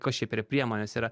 kas čia priemonės yra